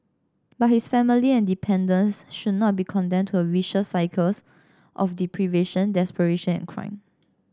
but his family and dependants should not be condemned to a vicious cycles of deprivation desperation and crime